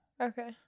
Okay